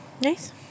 Nice